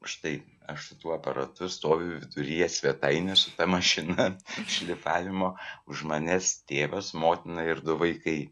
už tai aš su tuo aparatu stoviu viduryje svetainės su ta mašina šlifavimo už manęs tėvas motina ir du vaikai